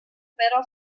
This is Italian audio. però